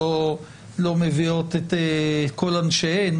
לא מביאות את כל אנשיהן